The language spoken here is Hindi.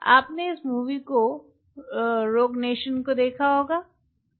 आपने इस मूवी को रोग नेशन को देखा है